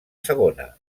segona